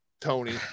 Tony